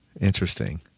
Interesting